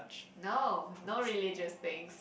no no religious things